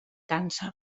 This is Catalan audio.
càncer